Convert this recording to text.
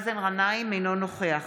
אינו נוכח